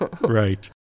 Right